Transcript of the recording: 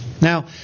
Now